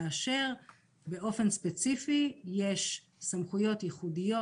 כאשר באופן ספציפי יש סמכויות ייחודיות